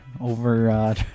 over